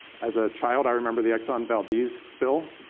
as a child, i remember the exxon valdez spill.